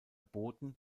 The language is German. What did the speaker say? boten